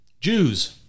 Jews